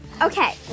Okay